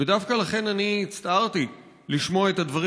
ודווקא לכן אני הצטערתי לשמוע את הדברים